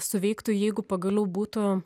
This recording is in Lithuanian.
suveiktų jeigu pagaliau būtų